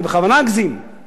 אני בכוונה אגזים,